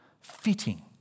Fitting